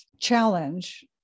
challenge